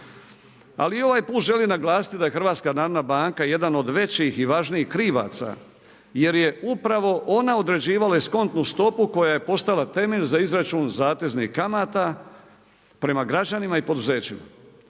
Ali ovaj put želim naglasiti da je HNB jedan od većih i važnijih krivaca jer je upravo ona određivala eskontnu stopu koja je postala temelj za izračun zateznih kamata prema građanima i poduzećima.